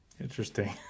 Interesting